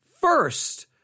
first